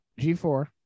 G4